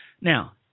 Now